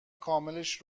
کاملش